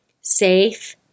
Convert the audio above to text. safe